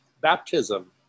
Baptism